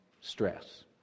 stress